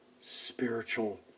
spiritual